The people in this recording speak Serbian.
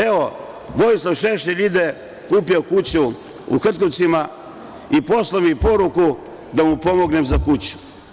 Evo, Vojislav Šešelj je kupio kuću u Hrtkovcima i poslao mi poruku da mu pomognem za kuću.